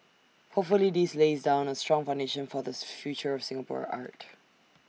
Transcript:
hopefully this lays down A strong foundation for the future of Singapore art